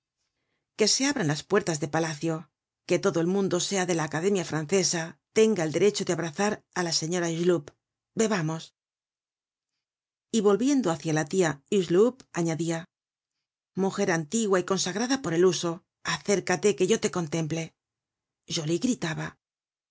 que se abran las puertas de palacio que todo el mundo sea de la academia francesa tenga el derecho de abrazar á la señora hucheloup bebamos y volviendo hácia la tia huchcloup anadia mujer antigua y consagrada por el uso acércate que yo te contemple joly gritaba